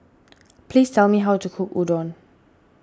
please tell me how to cook Udon